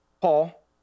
Paul